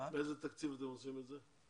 באיזה תקציב אתם עושים את זה?